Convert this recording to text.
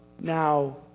now